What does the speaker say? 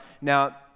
now